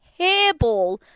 hairball